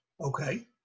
Okay